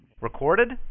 Recorded